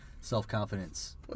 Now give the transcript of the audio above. self-confidence